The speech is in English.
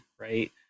right